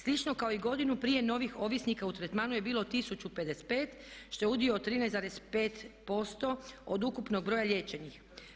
Slično kao i godinu prije novih ovisnika u tretmanu je bilo 1055 što je udio od 13,5% od ukupnog broja liječenih.